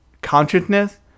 consciousness